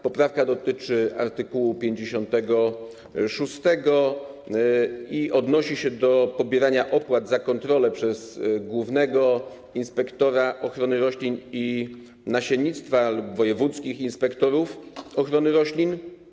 Poprawka dotyczy art. 56 i odnosi się do pobierania opłat za kontrolę przez głównego inspektora ochrony roślin i nasiennictwa lub wojewódzkich inspektorów ochrony roślin.